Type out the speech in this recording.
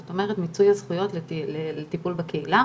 זאת אומרת מיצוי הזכויות לטיפול בקהילה